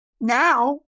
now